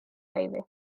highway